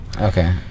Okay